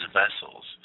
vessels